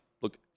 Look